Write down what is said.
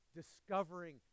discovering